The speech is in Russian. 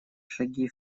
шаги